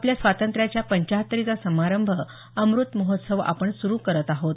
आपल्या स्वातंत्र्याच्या पंचाहत्तरीचा समारंभ अमृतमहोत्सव आपण सुरू करत आहोत